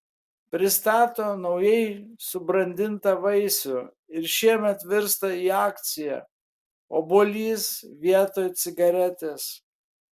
pristato naujai subrandintą vaisių ir šiemet virsta į akciją obuolys vietoj cigaretės